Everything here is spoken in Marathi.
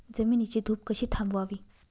जमिनीची धूप कशी थांबवावी?